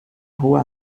rua